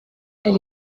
elle